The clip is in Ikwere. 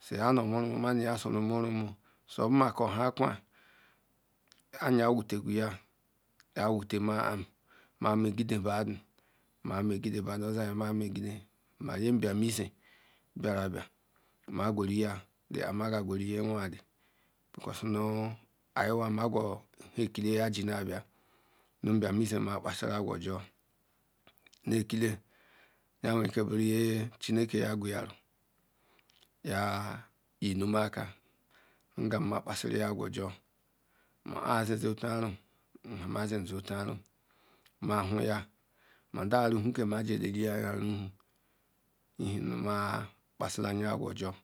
suya nomurumu ma sora muvumu sorbumasi nha aknea nha wutegwuya wntema ma megide badu oziye mamegide ma Nye izi biarabia ma gwera ya na ma jiri gweru Ruujewe ale ehi mi amagwo hie ekele jiabun ihie nye abiamezie akpaziru agwa obi ajihea ma nha ellale ji na bia nu iblameze mukpazi agwa ofo ekili yan werakr buru nye chueke ya gweyeru ya yinum meka ngem ma kpasiri ya agwa oto mopu ah azi otuara ma nha mwzeru otu era ma whuya ma nda ruhu ke miji leraeyi hu ruha ihiem ma kpasilam ajum ojor